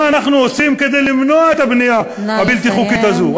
מה אנחנו עושים כדי למנוע את הבנייה הבלתי-חוקית הזאת.